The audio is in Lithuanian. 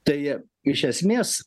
tai iš esmės